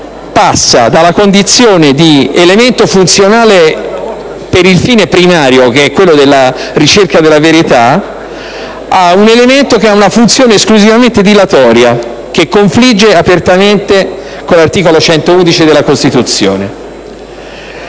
passa dalla condizione di elemento funzionale per il fine primario, della ricerca della verità, alla condizione di elemento che ha una funzione esclusivamente dilatoria, confliggendo apertamente con l'articolo 111 della Costituzione.